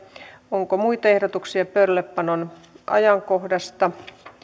onko muita ehdotuksia pöydällepanon ajankohdasta